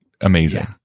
amazing